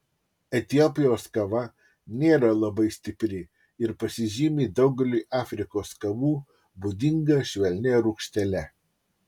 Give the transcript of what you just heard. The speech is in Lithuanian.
etiopijos kava nėra labai stipri ir pasižymi daugeliui afrikos kavų būdinga švelnia rūgštele